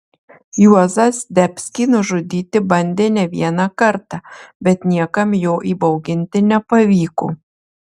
juozą zdebskį nužudyti bandė ne vieną kartą bet niekam jo įbauginti nepavyko